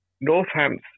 Northampton